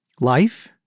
Life